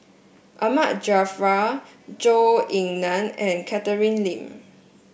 Ahmad Jaafar Zhou Ying Nan and Catherine Lim